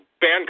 ban